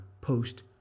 post